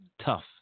Tough